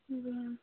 जी